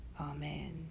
Amen